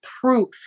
proof